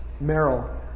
Merrill